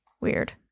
Weird